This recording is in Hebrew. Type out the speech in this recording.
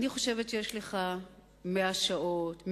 אני חושבת שיש לך 100 שעות,